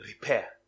repair